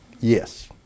Yes